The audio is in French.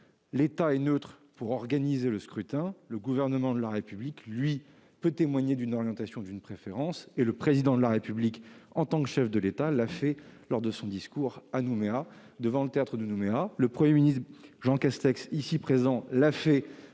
l'État est neutre pour organiser le scrutin ; le gouvernement de la République, lui, peut témoigner d'une orientation ou d'une préférence. Le Président de la République, en tant que chef de l'État, l'a fait lors de son discours à Nouméa, devant le théâtre municipal, et le Premier ministre Jean Castex, ici présent, l'a fait